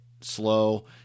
slow